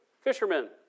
Fishermen